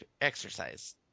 exercise